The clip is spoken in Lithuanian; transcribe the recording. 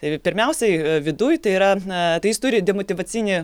ir pirmiausiai viduj tai yra a tai jis turi demotyvacinį